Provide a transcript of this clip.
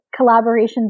collaborations